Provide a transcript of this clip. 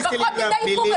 לפחות תדייקו.